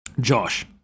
Josh